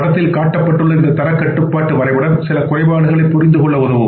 படத்தில் காட்டப்பட்டுள்ள இந்த தரக் கட்டுப்பாட்டு வரைபடம் சில குறைபாடுகளை புரிந்துகொள்ள உதவும்